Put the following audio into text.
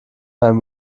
beim